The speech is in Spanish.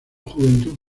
juventud